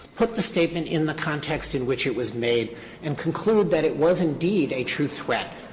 put the statement in the context in which it was made and conclude that it was indeed a true threat.